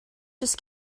just